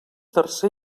tercer